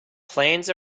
plans